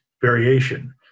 variation